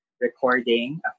recording